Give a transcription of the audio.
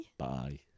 Bye